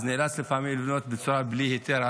אז נאלץ לפעמים לבנות בלי היתר,